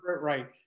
right